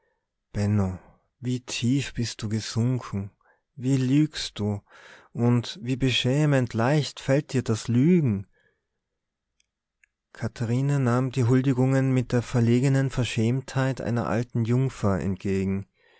wie tief bist du gesunken wie lügst du und wie beschämend leicht fällt dir das lügen katharine nahm die huldigungen mit der verlegenen verschämtheit einer alten jungfer entgegen